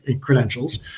credentials